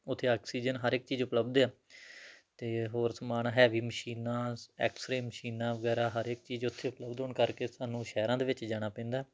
ਉੱਥੇ ਆਕਸੀਜਨ ਹਰ ਇੱਕ ਚੀਜ਼ ਉਪਲੱਬਧ ਆ ਅਤੇ ਹੋਰ ਸਮਾਨ ਹੈਵੀ ਮਸ਼ੀਨਾਂ ਐਕਸਰੇ ਮਸ਼ੀਨਾਂ ਵਗੈਰਾ ਹਰ ਇੱਕ ਚੀਜ਼ ਉੱਥੇ ਹੋਣ ਕਰਕੇ ਸਾਨੂੰ ਸ਼ਹਿਰਾਂ ਦੇ ਵਿੱਚ ਜਾਣਾ ਪੈਂਦਾ